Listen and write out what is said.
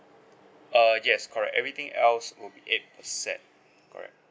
err yes correct everything else will be eight percent correct